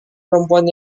perempuan